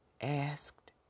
asked